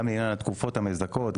גם לעניין התקופות המזכות,